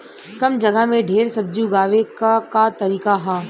कम जगह में ढेर सब्जी उगावे क का तरीका ह?